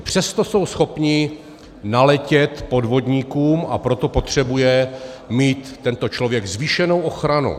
Přesto jsou schopni naletět podvodníkům, a proto potřebuje mít tento člověk zvýšenou ochranu.